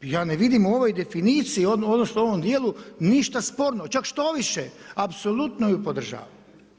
Ja ne vidim u ovoj definiciji odnosno u ovom dijelu ništa sporno, čak štoviše apsolutno ju podržavam.